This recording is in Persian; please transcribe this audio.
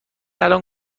الان